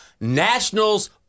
Nationals